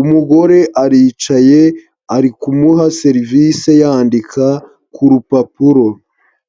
Umugore aricaye, ari kumuha serivise yandika ku rupapuro.